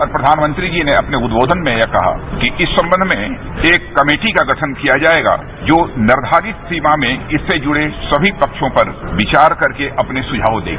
अब प्रधानमंत्री जी ने अपने उद्बोधन में यह कहा कि इस संबंध में एक कमेटी का गठन किया जायेगा जो निर्धारित सीमा में इससे जुड़े सभी पक्षों पर विचार करके अपने सुझाव देगी